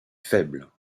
faibles